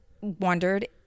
wondered